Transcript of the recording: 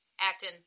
acting